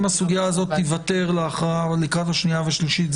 אם הסוגיה הזאת תיוותר להכרעה לקראת השנייה והשלישית,